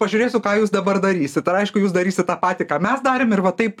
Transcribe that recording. pažiūrėsiu ką jūs dabar darysit ar aišku jūs darysit tą patį ką mes darėm ir va taip